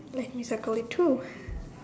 let me circle it too